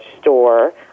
store